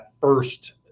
first